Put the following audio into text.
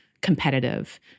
competitive